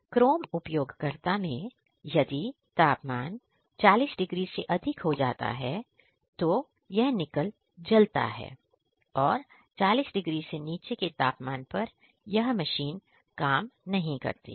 Chrome उपयोगकर्ता में यदि तापमान 40 डिग्री से अधिक हो जाता है तो यह निकल जलता है और 40 डिग्री से नीचे के तापमान पर यह मशीन काम नहीं करती है